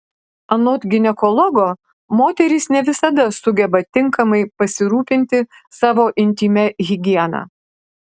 anot ginekologo moterys ne visada sugeba tinkamai pasirūpinti savo intymia higiena